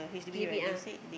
J_B ah